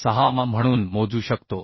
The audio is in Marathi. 46 म्हणून मोजू शकतो